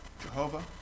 Jehovah